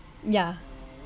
yeah